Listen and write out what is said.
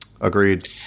Agreed